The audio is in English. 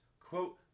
quote